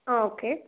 ஆ okay